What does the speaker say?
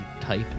type